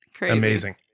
amazing